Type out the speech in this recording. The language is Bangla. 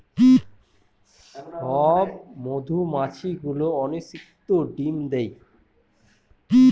সব মধুমাছি গুলো অনিষিক্ত ডিম দেয়